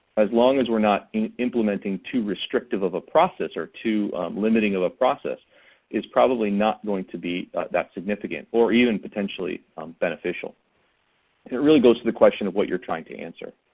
as long as we're not implementing too restrictive of a process or too limiting of a process is probably not going to be that significant or even potentially beneficial. and it really goes to the question of what you're trying to answer.